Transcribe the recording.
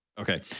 Okay